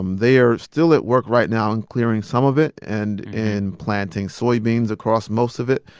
um they're still at work right now in clearing some of it and in planting soybeans across most of it.